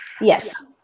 Yes